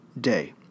day